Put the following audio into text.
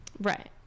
right